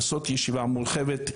לעשות ישיבה מורחבת,